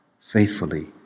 faithfully